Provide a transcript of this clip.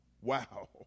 Wow